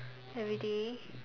everyday